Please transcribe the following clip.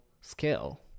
scale